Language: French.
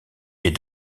est